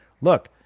Look